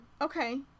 Okay